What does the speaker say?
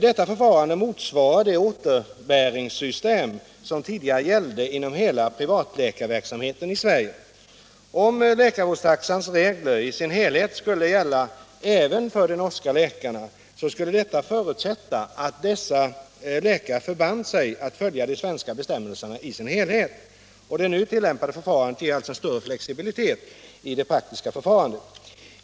Detta förfarande motsvarar det återbäringssystem som tidigare gällde inom hela privatläkarverksamheten i Sverige. Om läkarvårdstaxans regler i sin helhet skulle gälla även för de norska läkarna skulle detta förutsätta att dessa läkare förband sig att helt följa de svenska bestämmelserna. Det 120 nu tillämpade förfarandet ger en större flexibilitet i det praktiska förfarandet.